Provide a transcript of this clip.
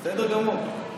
בסדר גמור.